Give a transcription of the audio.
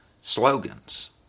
slogans